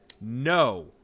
No